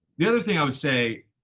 the other thing i would say,